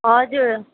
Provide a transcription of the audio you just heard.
हजुर